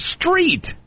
street